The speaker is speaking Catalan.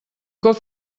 cop